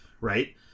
Right